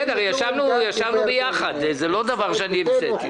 ישבנו ביחד, זה לא דבר שאני המצאתי.